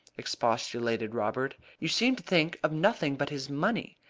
expostulated robert. you seem to think of nothing but his money.